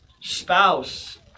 spouse